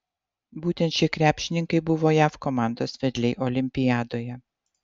būtent šie krepšininkai buvo jav komandos vedliai olimpiadoje